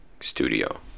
studio